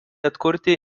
atkurti